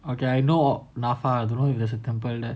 okay I know NAFA I don't know if there's a temple there